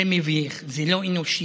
זה מביך, זה לא אנושי.